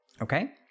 Okay